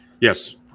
yes